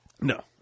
No